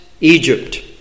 Egypt